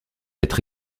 être